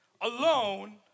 alone